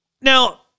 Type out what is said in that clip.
Now